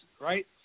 right